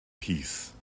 peace